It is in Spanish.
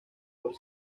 por